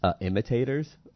imitators